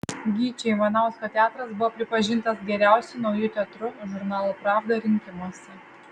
gyčio ivanausko teatras buvo pripažintas geriausiu nauju teatru žurnalo pravda rinkimuose